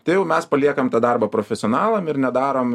tai jau mes paliekam tą darbą profesionalam ir nedarom